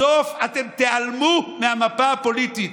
בסוף אתם תיעלמו מהמפה הפוליטית,